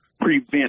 prevent